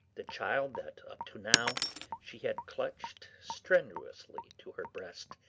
the child that up to now she had clutched strenuously to her breast,